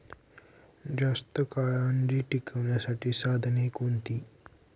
जास्त काळ अंडी टिकवण्यासाठी साधने कोणती?